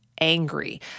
Angry